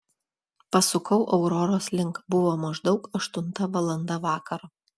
pasukau auroros link buvo maždaug aštunta valanda vakaro